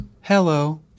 Hello